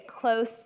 close